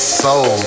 soul